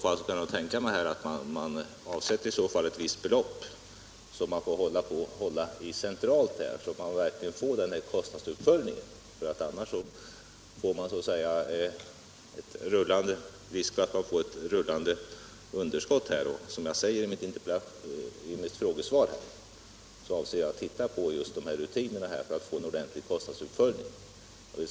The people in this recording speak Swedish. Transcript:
Jag skulle kunna tänka mig att man avsätter ett visst belopp som man får hålla i centralt, så att man verkligen får en kostnadsuppföljning. Annars är det risk för att man får ett rullande underskott. Som jag säger i mitt frågesvar avser jag att titta på rutinerna för att få en ordentlig kostnadsuppföljning.